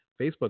Facebook